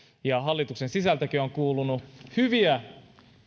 ja hallituksen sisältäkin on on kuulunut hyviä